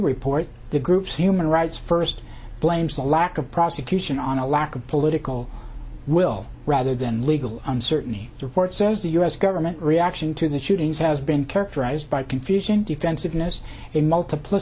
report the group's human rights first blames the lack of prosecution on a lack of political will rather than legal uncertainty the report says the u s government reaction to that shootings has been characterized by confusion defensiveness a multipl